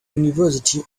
university